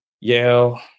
Yale